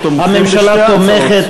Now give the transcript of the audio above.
הממשלה תומכת?